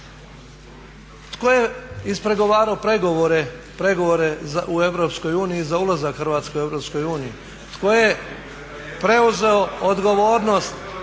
Tko je ispregovarao pregovore u EU za ulazak Hrvatske u EU? Tko je preuzeo odgovornost